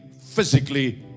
physically